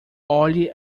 olhe